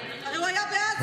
הרי הוא היה בעד זה.